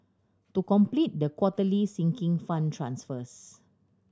to complete the quarterly Sinking Fund transfers